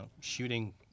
shooting